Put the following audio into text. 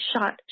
shot